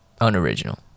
unoriginal